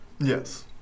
Yes